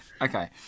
Okay